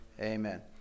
amen